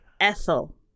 Ethel